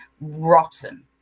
rotten